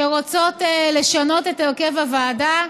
שרוצות לשנות את הרכב הוועדה,